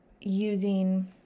using